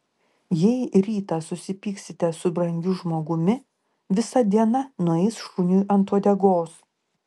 jei rytą susipyksite su brangiu žmogumi visa diena nueis šuniui ant uodegos